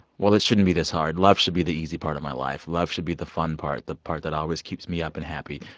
well, it shouldn't be this hard. love should be the easy part of my life. love should be the fun part, the part that always keeps me up and happy.